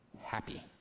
happy